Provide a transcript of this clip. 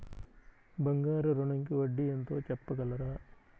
బంగారు ఋణంకి వడ్డీ ఎంతో చెప్పగలరా?